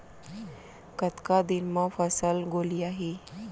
कतका दिन म फसल गोलियाही?